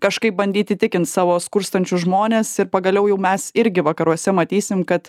kažkaip bandyt įtikint savo skurstančius žmones ir pagaliau jau mes irgi vakaruose matysim kad